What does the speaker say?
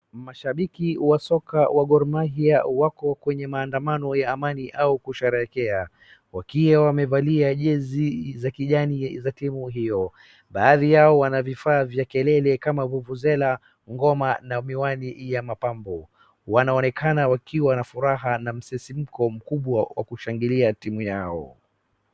Mashabiki wa soka wa Gor Mahia wako kwenye maandamano ya amani au kusherekea wakiwa wamevalia jezi za kijani za timu hiyo. Baadhi yao wanavifaa vya kelele kama vuvuzela ngoma na miwani ya mapambo. Wanaonekana wakiwa na furaha na msisimko mkubwa wa kushangilia timu yao.